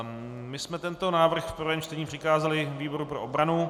My jsme tento návrh v prvém čtení přikázali výboru pro obranu.